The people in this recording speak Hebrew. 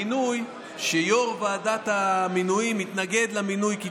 מינוי שיו"ר ועדת המינויים התנגד למינוי כי